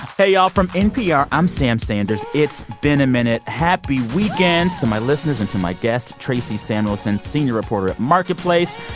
hey, y'all. from npr, i'm sam sanders. it's been a minute. happy weekend to my listeners and my guests, tracey samuelson, senior reporter at marketplace,